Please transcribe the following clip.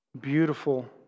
beautiful